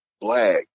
black